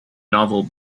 novel